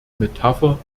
metapher